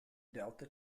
delta